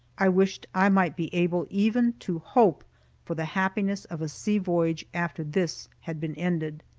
i wished i might be able even to hope for the happiness of a sea-voyage after this had been ended.